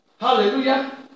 Hallelujah